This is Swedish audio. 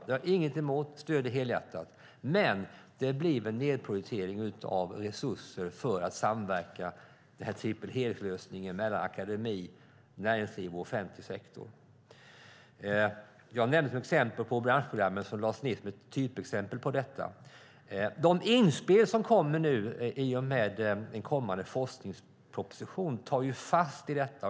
Jag har ingenting emot den. Jag stöder den helhjärtat. Men det blev en nedprioritering av resurser för att samverka när det gäller triple helix-lösningen mellan akademi, näringsliv och offentlig sektor. Jag nämnde branschprogrammen som lades ned som ett typexempel på detta. De inspel som kommer nu i och med den kommande forskningspropositionen tar tag i detta.